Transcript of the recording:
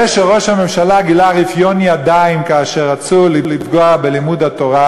זה שראש הממשלה גילה רפיון ידיים כאשר רצו לפגוע בלימוד התורה,